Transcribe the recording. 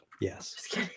Yes